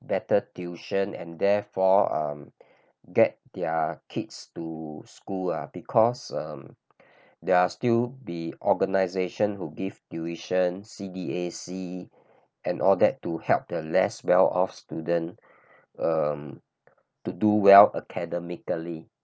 better tuition and therefore um get their kids to school ah because um there are still be organisation who give tuition C_D_A_C and all that to help the less well-off student um to do well academically